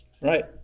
right